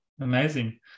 Amazing